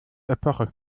epoche